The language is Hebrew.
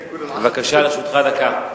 בבקשה, לרשותך דקה.